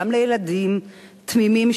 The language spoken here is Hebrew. גם לילדים תמימים,